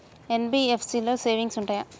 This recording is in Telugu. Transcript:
ఎన్.బి.ఎఫ్.సి లో సేవింగ్స్ ఉంటయా?